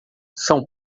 são